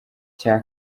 cya